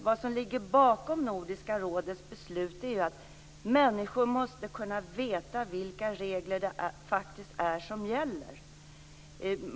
Vad som ligger bakom Nordiska rådets beslut är ju att människor måste kunna veta vilka regler det faktiskt är som gäller.